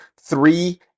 three